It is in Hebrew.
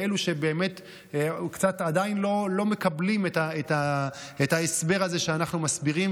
לאלה שעדיין לא מקבלים את ההסבר שאנחנו מסבירים